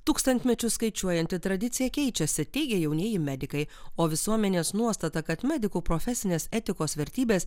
tūkstantmečius skaičiuojanti tradicija keičiasi teigia jaunieji medikai o visuomenės nuostata kad medikų profesinės etikos vertybės